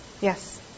Yes